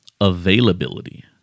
availability